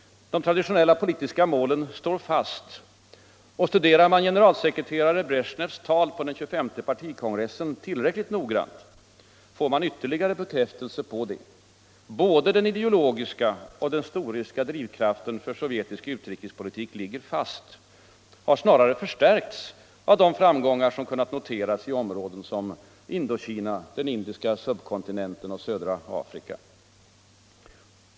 De traditionella politiska målen står fast. Och studerar man generalsekreterare Bresjnevs tal på den tjugofemte partikongressen tillräckligt noggrant, får man ytterligare bekräftelse på det. Både den ideologiska och den storryska drivkraften för sovjetisk utrikespolitik ligger fast och har snarare förstärkts av de framgångar som kunnat noteras i områden som Indokina, den indiska subkontinenten och södra Afrika.